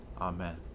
Amen